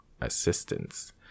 assistance